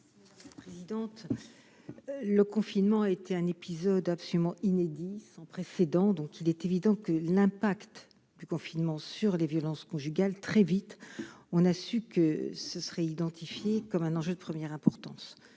rapporteure. La présidente. Le confinement a été un épisode absolument inédit sans précédent, donc il est évident que l'impact du confinement sur les violences conjugales, très vite, on a su que ce serait identifié comme un enjeu de première importance,